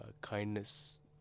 kindness